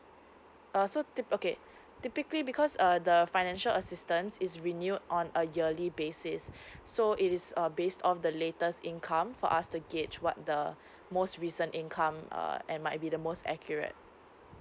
uh so typi~ okay typically because err the financial assistance is renewed on a yearly basis so it's err based of the latest income for us to gauge what the most recent income uh and might be the most accurate